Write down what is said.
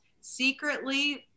secretly